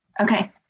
Okay